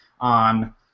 on